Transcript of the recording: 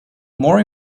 more